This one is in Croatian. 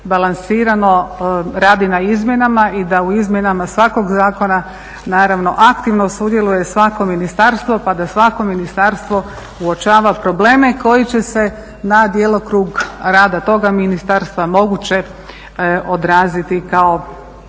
balansirano radi na izmjenama i da u izmjenama svakog zakona naravno aktivno sudjeluje svako ministarstvo pa da svako ministarstvo uočava probleme koji će se na djelokrug rada toga ministarstva moguće odraziti kao